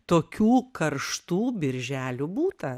tokių karštų birželių būta